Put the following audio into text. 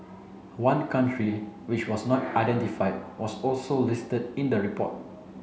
one country which was not identified was also listed in the report